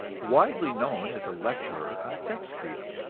widely known as a lecturer on sex freedom.